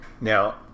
Now